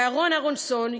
אהרן אהרונסון,